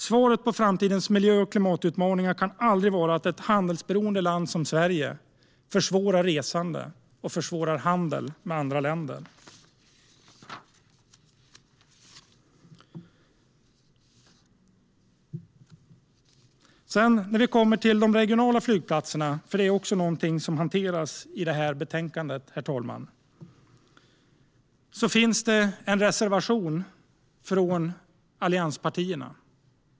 Svaret på framtidens miljö och klimatutmaningar kan aldrig vara att ett handelsberoende land som Sverige försvårar resande till och handel med andra länder. Herr talman! De regionala flygplatserna finns också med i betänkandet. Det finns en reservation från allianspartierna.